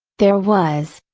there was,